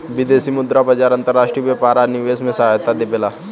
विदेशी मुद्रा बाजार अंतर्राष्ट्रीय व्यापार आ निवेश में सहायता देबेला